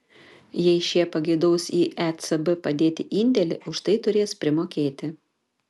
jei šie pageidaus į ecb padėti indėlį už tai turės primokėti